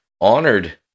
honored